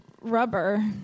rubber